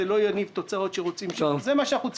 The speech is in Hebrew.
לא יניב תוצאות כפי שרוצים זה מה שאנחנו צריכים.